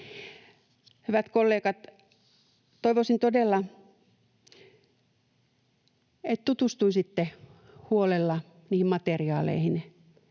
Hyvät kollegat, toivoisin todella, että tutustuisitte huolella niihin materiaaleihin,